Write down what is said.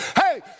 Hey